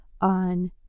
on